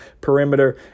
perimeter